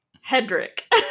Hedrick